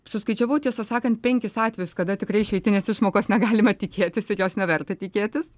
suskaičiavau tiesą sakant penkis atvejus kada tikrai išeitinės išmokos negalima tikėtis ir jos neverta tikėtis